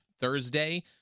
Thursday